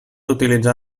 utilitzar